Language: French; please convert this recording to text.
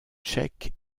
tchèque